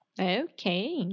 Okay